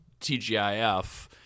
TGIF